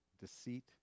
deceit